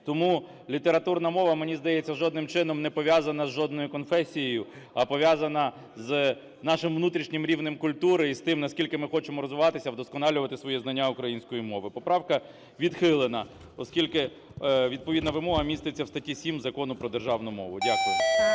Тому літературна мова, мені здається, жодним чином не пов'язана з жодною конфесією, а пов'язана з нашим внутрішнім рівнем культури і з тим, наскільки ми хочемо розвиватися, вдосконалювати своє знання української мови. Поправка відхилена, оскільки відповідна вимога міститься в статті 7 Закону про державну мову. Дякую.